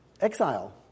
Exile